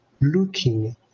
looking